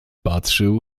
patrzył